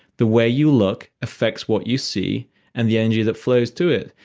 the way you look affects what you see and the energy that flows to it.